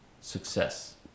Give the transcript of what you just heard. success